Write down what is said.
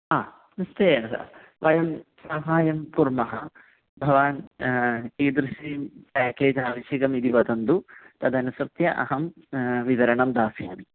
हा नमस्ते नमः वयं सहायं कुर्मः भवान् कीदृशं पेकेज् आवश्यकम् इति वदतु तदनुसृत्य अहं विवरणं दास्यामि